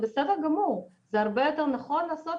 זה בסדר גמור וזה הרבה יותר נכון לעשות